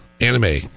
anime